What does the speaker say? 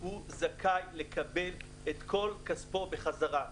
הוא זכאי לקבל את כל כספו בחזרה.